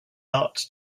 art